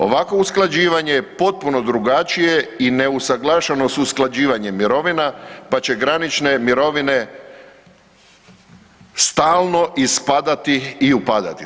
Ovakvo usklađivanje je potpuno drugačije i neusuglašeno sa usklađivanjem mirovina, pa će granične mirovine stalno ispadati i upadati.